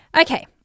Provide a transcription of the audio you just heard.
Okay